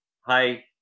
Hi